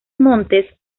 montes